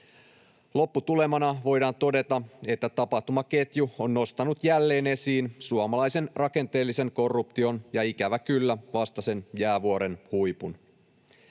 Lopputulemana voidaan todeta, että tapahtumaketju on nostanut jälleen esiin suomalaisen rakenteellisen korruption — ja ikävä kyllä vasta sen jäävuoren huipun.